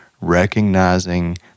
recognizing